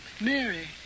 Mary